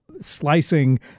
slicing